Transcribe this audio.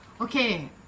Okay